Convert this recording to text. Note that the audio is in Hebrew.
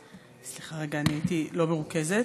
סליחה רגע, אני הייתי לא מרוכזת,